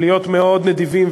להיות מאוד נדיבים,